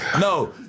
No